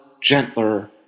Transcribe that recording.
gentler